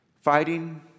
Fighting